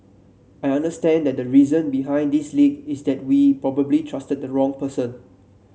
I understand that the reason behind this leak is that we probably trusted the wrong person